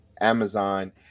Amazon